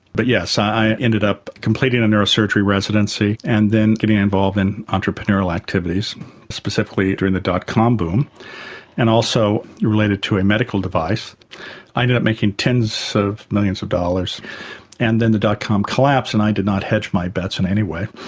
but yes i ended up completing a neurosurgery residency and then getting involved in entrepreneurial activities specifically during the dot-com boom and also related to a medical device i ended up making tens of millions of dollars and then the dot-com collapsed and i did not hedge my bets in any way.